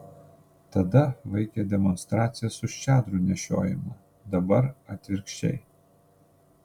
tada vaikė demonstracijas už čadrų nešiojimą dabar atvirkščiai